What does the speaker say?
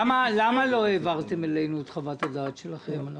למה לא העברתם אלינו את חוות הדעת שלכם?